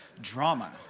drama